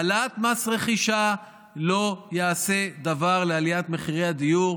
העלאת מס רכישה לא תעשה דבר להעלאת מחירי הדיור,